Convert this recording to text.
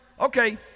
Okay